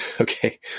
Okay